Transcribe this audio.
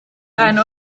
ein